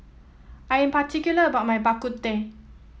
I am particular about my Bak Kut Teh